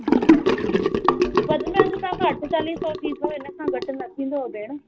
जी वध में वध तव्हां खां अठेतालीह सौ थींदव इन खां घटि न थींदउ भेण